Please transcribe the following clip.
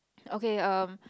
okay um